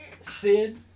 Sid